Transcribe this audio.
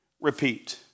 repeat